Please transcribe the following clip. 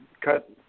cut